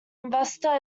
investor